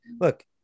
look